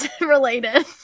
related